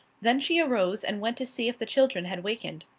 then she arose and went to see if the children had wakened.